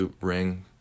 ring